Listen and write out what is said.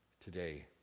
Today